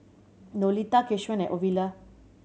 Lolita Keshaun and Ovila